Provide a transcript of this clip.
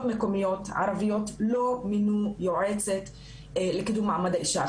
מקומיות ערביות לא מינו יועצת לקידום מעמד האישה.